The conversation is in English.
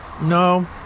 No